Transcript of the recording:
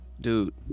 dude